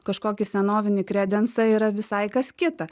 kažkokį senovinį kredensą yra visai kas kita